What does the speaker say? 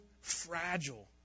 fragile